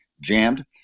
jammed